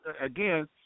again